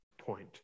point